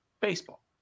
baseball